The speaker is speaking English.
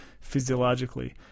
physiologically